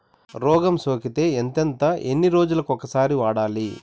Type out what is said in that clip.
రోగం సోకితే ఎంతెంత ఎన్ని రోజులు కొక సారి వాడాలి?